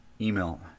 email